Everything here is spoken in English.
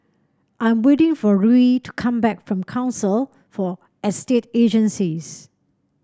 I'm waiting for Ruie to come back from Council for Estate Agencies